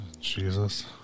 Jesus